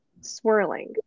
swirling